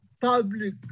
public